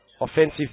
offensive